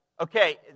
Okay